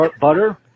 butter